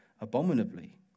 abominably